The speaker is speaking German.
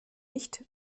nicht